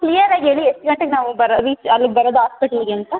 ಕ್ಲಿಯರಾಗಿ ಹೇಳಿ ಎಷ್ಟು ಗಂಟೆಗೆ ನಾವು ಬರೋದು ರೀಚ್ ಅಲ್ಲಿ ಬರೋದು ಹಾಸ್ಪಿಟ್ಲಿಗೆ ಅಂತ